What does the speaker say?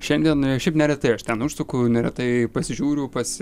šiandien šiaip neretai aš ten užsuku neretai pasižiūriu pasi